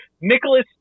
Nicholas